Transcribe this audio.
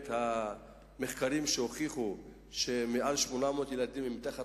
מחקרים הוכיחו שיותר מ-800,000 ילדים הם מתחת